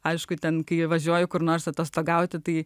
aišku ten kai važiuoji kur nors atostogauti tai